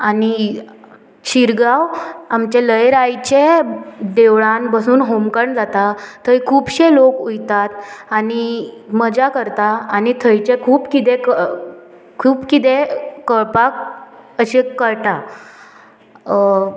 आनी शिरगांव आमचे लयराईचे देवळान बसून होमखंड जाता थंय खुबशे लोक वयतात आनी मजा करता आनी थंयचे खूब किदें खूब किदें कळपाक अशें कळटा